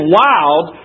wild